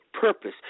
purpose